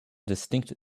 distinct